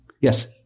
Yes